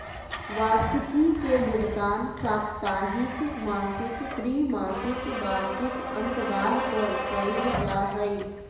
वार्षिकी के भुगतान साप्ताहिक, मासिक, त्रिमासिक, वार्षिक अन्तराल पर कइल जा हइ